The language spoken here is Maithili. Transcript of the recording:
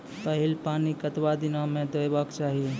पहिल पानि कतबा दिनो म देबाक चाही?